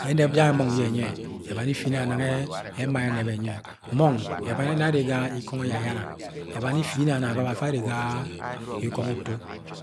Ẹnẹb jẹ ganẹ mọng ẹnyi yẹ, ebani yẹ ifinang ẹma ẹnẹb ẹnyi ẹ mọng ẹbani yẹ arre ga ikongọ ẹyayana, ifinang babọ afa arre ga ikongo utu.